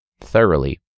thoroughly